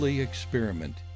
experiment